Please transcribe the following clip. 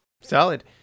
Solid